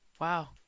Wow